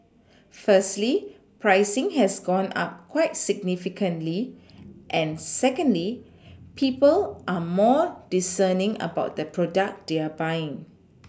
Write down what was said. firstly pricing has gone up quite significantly and secondly people are more discerning about the product they are buying